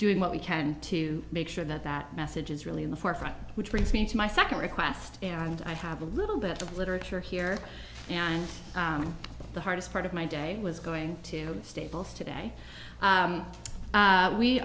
doing what we can to make sure that that message is really in the forefront which brings me to my second request and i have a little bit of literature here and the hardest part of my day was going to staples today